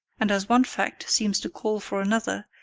and as one fact seems to call for another,